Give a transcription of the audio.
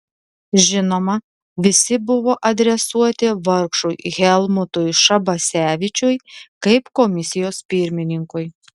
žinoma visi buvo adresuoti vargšui helmutui šabasevičiui kaip komisijos pirmininkui